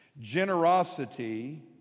Generosity